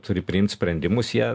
turi priimt sprendimus jie